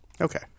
Okay